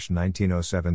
1907